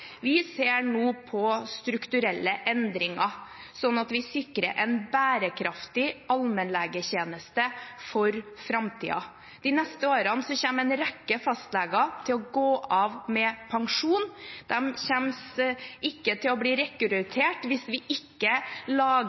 Vi ser nå på strukturelle endringer, sånn at vi sikrer en bærekraftig allmennlegetjeneste for framtiden. De neste årene kommer en rekke fastleger til å gå av med pensjon. Det kommer ikke til å bli rekruttert nye hvis vi ikke lager